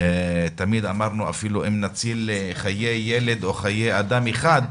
תמיד אמרנו שגם אם נציל חיי ילד או חיי אדם אחד,